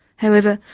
however,